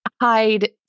hide